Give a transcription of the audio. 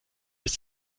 ist